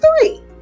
three